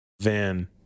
van